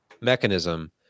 mechanism